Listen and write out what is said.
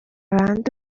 andi